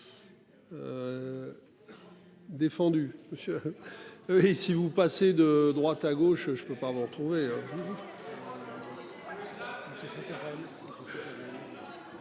Et si vous passez de droite à gauche, je ne peux pas vous retrouver.